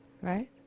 right